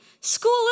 school